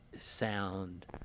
sound